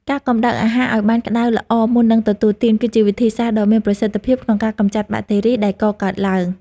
ការកំដៅអាហារឱ្យបានក្តៅល្អមុននឹងទទួលទាន គឺជាវិធីសាស្ត្រដ៏មានប្រសិទ្ធភាពក្នុងការកម្ចាត់បាក់តេរីដែលកកើតឡើង។